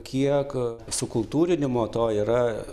kiek sukultūrinimo to yra